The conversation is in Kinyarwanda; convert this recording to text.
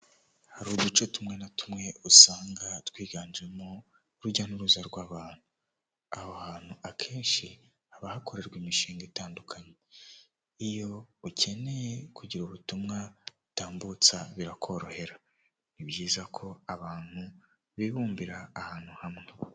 Hari uduce tumwe na tumwe usanga twiganjemo rujya n'uruza rw'abantu, aho hantu akenshi haba hakorerwa imishinga itandukanye iyo ukeneye kugira ubutumwa utambutsa birakorohera, ni byiza ko abantu bibumbira ahantu hamwe.